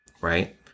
Right